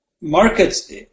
markets